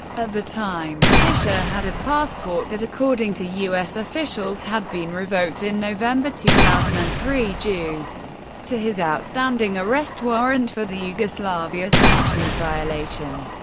at the time, fischer had a passport that, according to u s. officials, had been revoked in november two thousand and three due to his outstanding arrest-warrant for the yugoslavia sanctions violation.